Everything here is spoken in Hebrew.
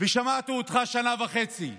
שמעתי אותך שנה וחצי,